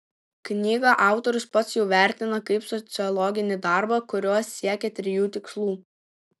knygą autorius pats jau vertina kaip sociologinį darbą kuriuo siekė trijų tikslų